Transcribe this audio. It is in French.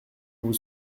vous